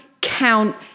count